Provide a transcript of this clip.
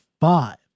five